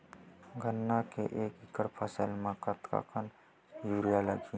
गन्ना के एक एकड़ फसल बर कतका कन यूरिया लगही?